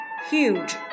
huge